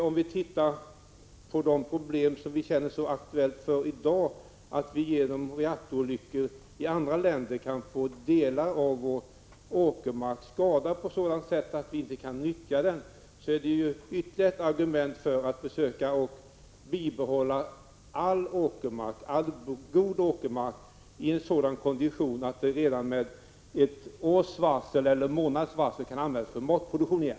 Det aktuella problemet i dag, att vi genom reaktorolyckor i andra länder kan få delar av vår åkermark skadad på sådant sätt att vi inte kan nyttja den, är ytterligare ett argument för att försöka bibehålla all god åkermark i sådan kondition att den redan med ett års eller en månads varsel kan användas för matproduktion igen.